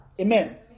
Amen